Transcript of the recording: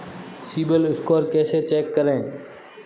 CIBIL score कैसे check करें?